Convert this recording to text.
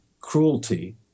cruelty